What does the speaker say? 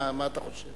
מה אתה חושב?